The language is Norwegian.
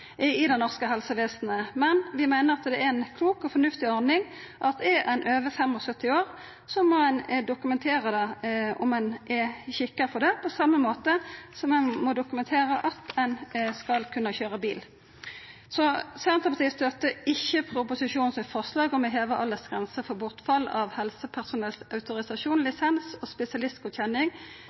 i det norske helsevesenet, men vi meiner at det er ei klok og fornuftig ordning at er ein over 75 år, må ein dokumentera at ein er skikka, på same måten som ein må dokumentera at ein skal kunna køyra bil. Senterpartiet støttar ikkje proposisjonen sitt forslag om å heva aldersgrensa for bortfall av helsepersonells autorisasjon, lisens og spesialistgodkjenning